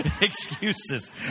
Excuses